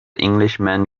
englishman